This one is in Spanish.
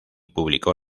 publicó